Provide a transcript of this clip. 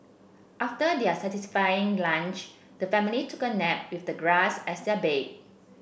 after their satisfying lunch the family took a nap with the grass as their bed